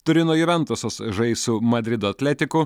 turino juventusas žais su madrido atletiku